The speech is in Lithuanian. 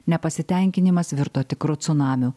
nepasitenkinimas virto tikru cunamiu